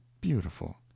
beautiful